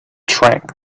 track